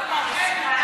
זו לא פעם ראשונה.